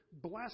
bless